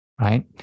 right